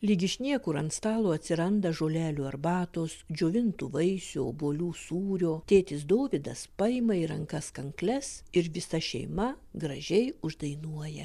lyg iš niekur ant stalo atsiranda žolelių arbatos džiovintų vaisių obuolių sūrio tėtis dovydas paima į rankas kankles ir visa šeima gražiai uždainuoja